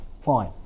fine